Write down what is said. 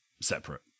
separate